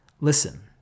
listen